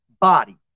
body